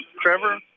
Trevor